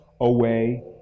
away